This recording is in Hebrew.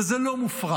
וזה לא מופרך,